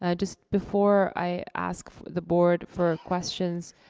ah just before i ask the board for questions,